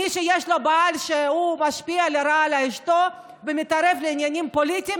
מי שיש לה בעל שמשפיע לרעה על אשתו ומתערב בעניינים פוליטיים,